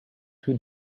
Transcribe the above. too